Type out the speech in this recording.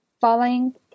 falling